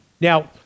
Now